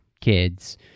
kids